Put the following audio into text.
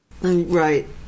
Right